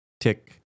tick